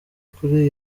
kuri